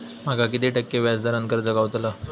माका किती टक्के व्याज दरान कर्ज गावतला?